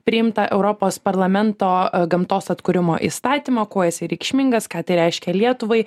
priimtą europos parlamento gamtos atkūrimo įstatymą kuo jisai reikšmingas ką tai reiškia lietuvai